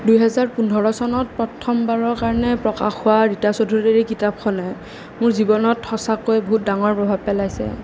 দুহেজাৰ পোন্ধৰ চনত প্ৰথমবাৰৰ কাৰণে প্ৰকাশ হোৱা ৰীতা চৌধুৰীৰ এই কিতাপখনে মোৰ জীৱনত সঁচাকৈয়ে বহুত ডাঙৰ প্ৰভাৱ পেলাইছে